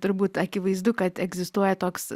turbūt akivaizdu kad egzistuoja toks